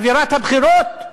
אווירת הבחירות?